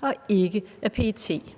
og ikke af PET? Skriftlig